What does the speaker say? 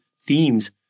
themes